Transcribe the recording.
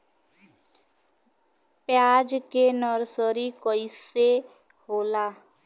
प्याज के नर्सरी कइसे होला?